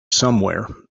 somewhere